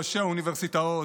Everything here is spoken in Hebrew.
ראשי האוניברסיטאות.